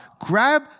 grab